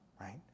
right